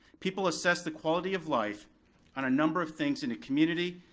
people assess the quality of life on a number of things in a community,